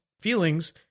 feelings